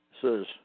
says